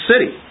city